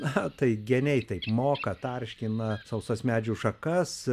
aha tai geniai taip moka tarškina sausas medžių šakas